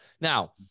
Now